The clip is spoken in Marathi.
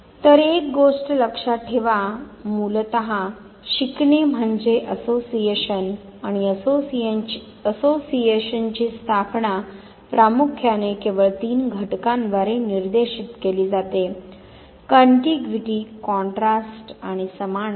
तर एक गोष्ट लक्षात ठेवा मूलत शिकणे म्हणजे असोसिएशन आणि असोसिएशनची स्थापना प्रामुख्याने केवळ तीन घटकांद्वारे निर्देशित केले जाते योग्यता कॉन्ट्रास्ट आणि समानता